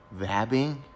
Vabbing